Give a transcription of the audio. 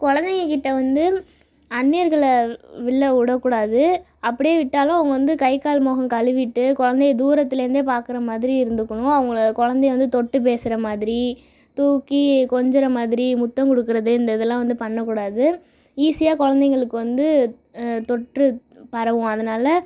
குழந்தைங்க கிட்ட வந்து அன்னியர்களில் உள்ள விடக்கூடாது அப்படியே விட்டாலும் அவங்க வந்து கை கால் முகம் கழுவிட்டு குழந்தைய தூரத்துலேருந்தே பார்க்குற மாதிரி இருந்துக்கணும் அவங்கள குழந்தைய வந்து தொட்டுப் பேசுகிற மாதிரி தூக்கி கொஞ்சுற மாதிரி முத்தம் கொடுக்குறது இந்த இதெல்லாம் வந்து பண்ணக்கூடாது ஈஸியா குழந்தைகளுக்கு வந்து தொற்று பரவும் அதனால்